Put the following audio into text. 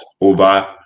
over